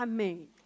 Amen